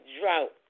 drought